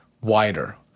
wider